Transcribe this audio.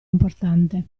importante